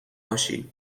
باشی